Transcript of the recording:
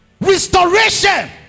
Restoration